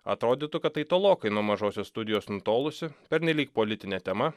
atrodytų kad tai tolokai nuo mažosios studijos nutolusi pernelyg politinė tema